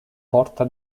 porta